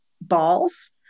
balls